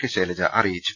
K Shailaja അറിയിച്ചു